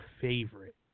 favorite